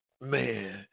Man